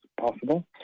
possible